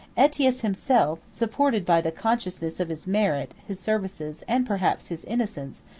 aetius himself, supported by the consciousness of his merit, his services, and perhaps his innocence,